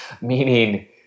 meaning